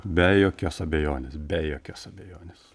be jokios abejonės be jokios abejonės